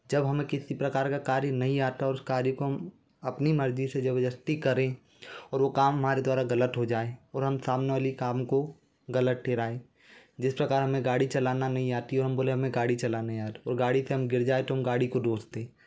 जब हमें किसी प्रकार का कार्य नहीं आता और उस कार्य को हम अपनी मर्ज़ी से ज़बरदस्ती करें और वो काम हमारे द्वारा ग़लत हो जाए और हम सामने वाले काम को ग़लत ठहराएं जिस प्रकार हमें गाड़ी चलानी नहीं आती और हम बोलें हमें गाड़ी चलाना है यार और गाड़ी से हम गिर जाए तो हम गाड़ी को दोष दें